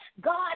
God